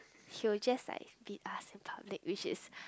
he will just like beat us in public which is